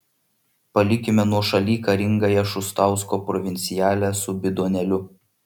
palikime nuošaly karingąją šustausko provincialę su bidonėliu